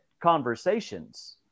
conversations